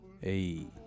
Hey